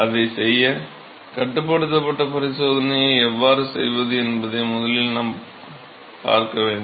அதைச் செய்ய கட்டுப்படுத்தப்பட்ட பரிசோதனையை எவ்வாறு செய்வது என்பதை முதலில் பார்க்க வேண்டும்